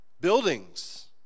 buildings